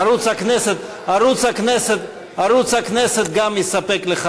ערוץ הכנסת ערוץ הכנסת, גם ערוץ הכנסת יספק לך